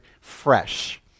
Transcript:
fresh